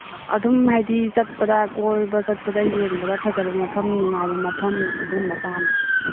ꯑꯗꯨꯝ ꯍꯥꯏꯗꯤ ꯆꯠꯄꯗ ꯀꯣꯏꯕ ꯆꯠꯄꯗ ꯌꯦꯡꯕꯗ ꯐꯖꯕ ꯃꯐꯝ ꯅꯨꯡꯉꯥꯏꯕ ꯃꯐꯝ ꯑꯗꯨꯝꯕ ꯄꯥꯝꯃꯦ